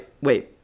wait